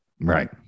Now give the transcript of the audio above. right